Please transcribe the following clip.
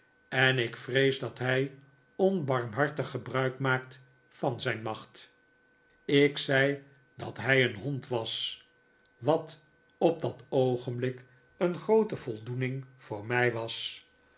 en ik vrees dat hij onbarmhartig gebruik maakt van zijn macht ik zei dat hij een hond was wat op dat oogenblik een groote voldoening voor mij was